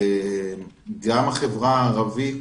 גם החברה הערבית,